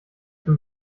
für